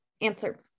Answer